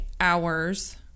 hours